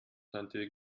tante